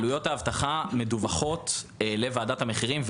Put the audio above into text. עלויות האבטחה מדווחות לוועדת המחירים.